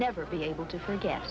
never be able to forget